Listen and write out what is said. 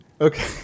Okay